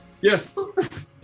yes